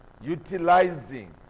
utilizing